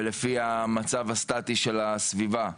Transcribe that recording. ולפי המצב הסטטי של הסביבה.